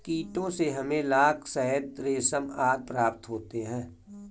कीटों से हमें लाख, शहद, रेशम आदि प्राप्त होते हैं